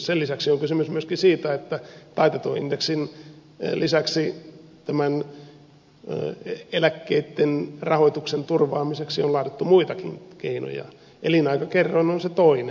sen lisäksi on kysymys myöskin siitä että taitetun indeksin lisäksi tämän eläkkeiden rahoituksen turvaamiseksi on laadittu muitakin keinoja elinaikakerroin on se toinen